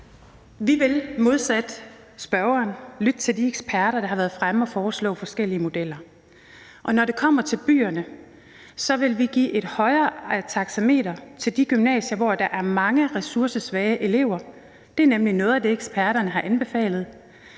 Vi vil – modsat spørgeren – lytte til de eksperter, der har været fremme og foreslå forskellige modeller. Og når det kommer til byerne, vil vi give et højere taxametertilskud til de gymnasier, hvor der er mange ressourcesvage elever. Det er nemlig noget af det, eksperterne har anbefalet.